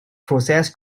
process